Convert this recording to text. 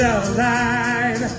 alive